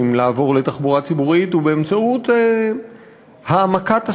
לעבור לתחבורה ציבורית הוא העמקת הסובסידיות,